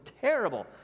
terrible